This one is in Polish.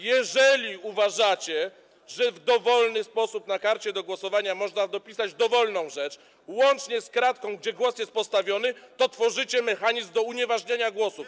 Jeżeli uważacie, że w dowolny sposób na karcie do głosowania można dopisać dowolną rzecz, łącznie z kratką, gdzie głos jest postawiony, to tworzycie mechanizm do unieważniania głosów.